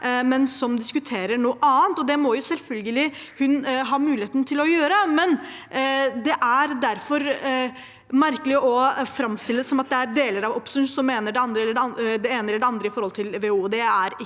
men som diskuterer noe annet, og det må hun selvfølgelig ha muligheten til å gjøre. Det er derfor merkelig å framstille det som at det er deler av opposisjonen som mener det ene eller det andre når det gjelder WHO.